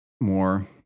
more